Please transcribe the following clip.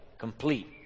Complete